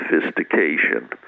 sophistication